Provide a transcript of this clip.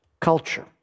culture